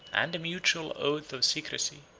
and a mutual oath of secrecy,